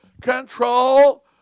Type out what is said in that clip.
control